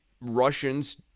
russians